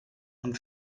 von